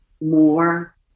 more